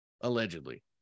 Allegedly